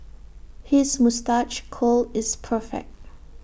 his moustache curl is perfect